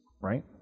right